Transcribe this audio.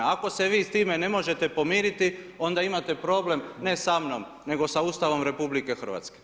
Ako se vi s time ne možete pomiriti, onda imate problem, ne sa mnom, nego sa Ustavom RH.